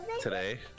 Today